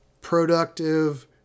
productive